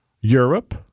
Europe